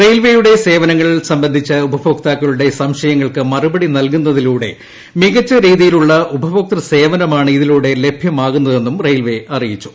റയിൽവേയുടെ സേവനങ്ങൾ സംബന്ധിച്ച ഉപഭോക്താക്കളുടെ സംശയങ്ങൾക്ക് മറുപടി നൽകുന്നതിലൂടെ മികച്ച രീതിയിലുള്ള ഉപഭോക്തൃ സേവനമാണ് ഇതിലൂടെ ലഭ്യമാകുന്നതെന്ന് റെയിവേ അറിയിച്ചു